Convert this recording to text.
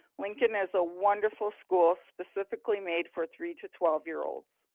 lincoln is a wonderful school specifically made for three to twelve year olds.